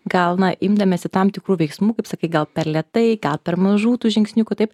gal na imdamiesi tam tikrų veiksmų kaip sakai gal per lėtai ką per mažų tų žingsniukų taip